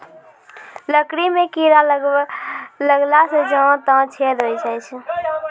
लकड़ी म कीड़ा लगला सें जहां तहां छेद होय जाय छै